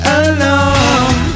alone